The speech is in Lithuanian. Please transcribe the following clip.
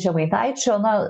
žemaitaičio na